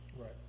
Right